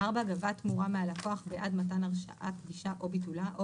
גבה תמורה מהלקוח בעד מתן הרשאת גישה או ביטולה או